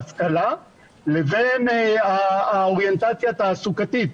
ההשכלה לבין האוריינטציה התעסוקתית.